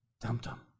Dum-dum